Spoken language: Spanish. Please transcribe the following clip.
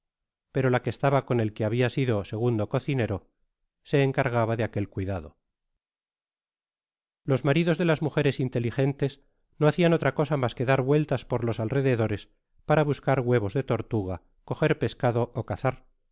pero la que estaba con el que habia sido segundo cocinero se encargaba de aquel cuidado los maridos de las mujeres inteligentes no hacian otra cosa mas que dar vueltas por los alrededores para tascar huevos de tortuga coger pescado ó cazar en